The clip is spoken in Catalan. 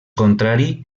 contrari